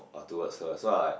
orh towards her so I was like